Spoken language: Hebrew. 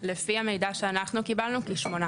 לפי המידע שאנחנו קיבלנו, כשמונה